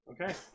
Okay